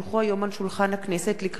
לקריאה שנייה ולקריאה שלישית: